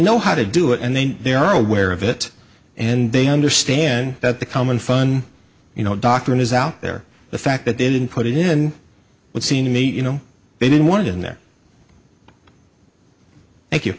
know how to do it and then they are aware of it and they understand that the common fund you know doctrine is out there the fact that they didn't put it in would seem to me you know they didn't want in there thank you